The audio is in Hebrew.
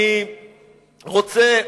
אני רוצה,